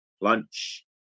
lunch